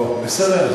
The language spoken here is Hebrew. אוקיי, בסדר.